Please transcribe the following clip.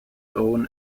own